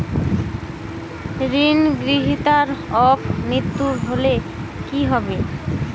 ঋণ গ্রহীতার অপ মৃত্যু হলে কি হবে?